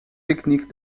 techniques